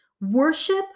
worship